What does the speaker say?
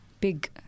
big